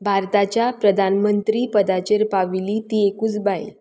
भारताच्या प्रधानमंत्री पदाचेर पाविल्ली ती एकूच बायल